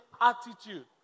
attitude